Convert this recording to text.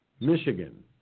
Michigan